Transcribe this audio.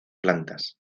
plantas